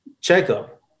checkup